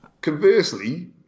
Conversely